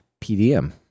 pdm